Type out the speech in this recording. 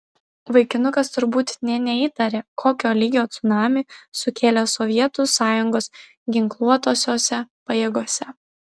vaikinukas turbūt nė neįtarė kokio lygio cunamį sukėlė sovietų sąjungos ginkluotosiose pajėgose